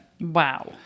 Wow